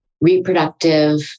reproductive